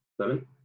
seven